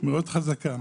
מאוד חזקה